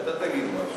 אולי אתה תגיד משהו.